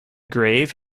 grave